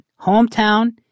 Hometown